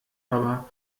aber